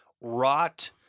rot